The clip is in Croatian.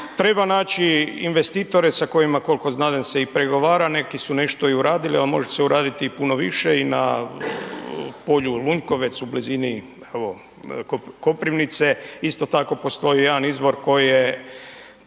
treba naći investitore sa kojima, kolko znadem se i pregovara, neki su nešto i uradili, a može se uraditi i puno više i na polju Lunjkovec, u blizini evo Koprivnice isto tako postoji jedan izvor koji je,